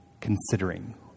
Considering